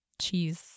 cheese